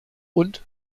und